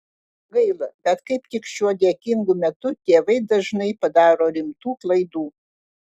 gaila bet kaip tik šiuo dėkingu metu tėvai dažnai padaro rimtų klaidų